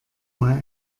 mal